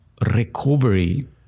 recovery